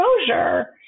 exposure